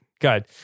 good